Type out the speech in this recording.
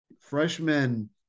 freshmen